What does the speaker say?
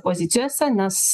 pozicijose nes